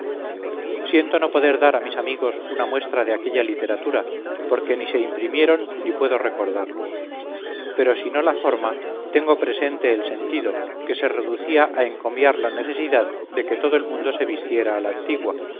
siento no poder dar a mis amigos una muestra de aquella literatura porque ni se imprimieron ni puedo recordarlos pero si no la forma tengo presente el sentido que se reducía a encomiar la necesidad de que todo el mundo se vistiera a la antigua